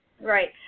Right